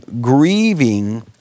grieving